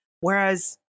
Whereas